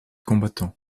combattants